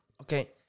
okay